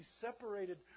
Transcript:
separated